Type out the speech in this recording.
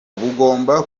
bugomba